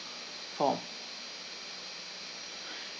form